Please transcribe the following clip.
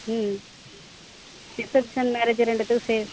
ம் reception marriage ரெண்டுத்துக்கும் சேத்